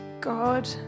God